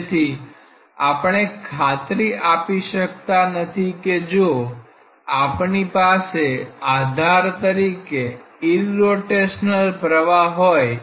તેથી આપણે ખાતરી આપી શકતા નથી કે જો આપની પાસે આધાર તરીકે ઈરરોટેશનલ પ્રવાહ હોય